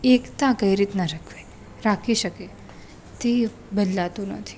એકતા કઈ રીતનાં રાખવી રાખી શકે તે બદલાતું નથી